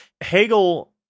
Hegel